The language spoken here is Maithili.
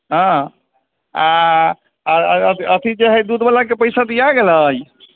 हाँ आ अथी के हय दूधबला के पैसा दिया गेलै